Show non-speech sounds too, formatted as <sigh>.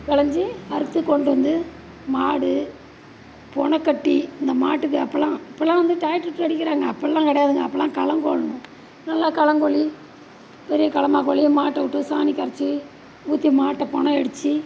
கலஞ்சி அறுத்து கொண்டு வந்து மாடு பொனக்கட்டி அந்த மாட்டுக்கு அப்போல்லாம் இப்போல்லாம் வந்து டிராக்டர்விட்டு அடிக்கிறாங்க அப்போல்லாம் கிடையாதுங்க அப்போல்லாம் களங்கோலணும் <unintelligible> நல்லா களங்கொல்லி பெரிய களமாகொல்லி மாட்டவிட்டு சாணி கரத்து ஊற்றி மாட்டை பொனையடித்து